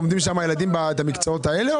והם לומדים שם את המקצועות האלה?